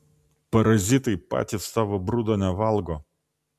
parazitai patys savo brudo nevalgo